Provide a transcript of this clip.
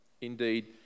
indeed